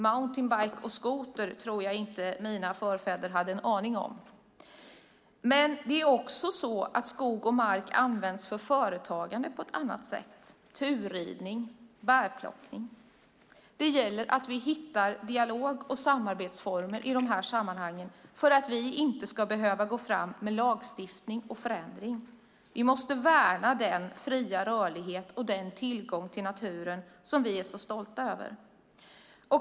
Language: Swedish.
Mountainbike och skoter kände inte mina förfäder till. Skog och mark används också för företagande på ett annat sätt, exempelvis för turridning och bärplockning. Det gäller att vi hittar dialog och samarbetsformer i dessa sammanhang så att vi inte behöver gå fram med lagstiftning och förändring. Vi måste värna den fria rörlighet och den tillgång till naturen som vi är så stolta över.